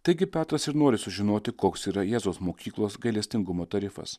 taigi petras ir nori sužinoti koks yra jėzaus mokyklos gailestingumo tarifas